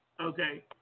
Okay